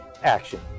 action